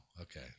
okay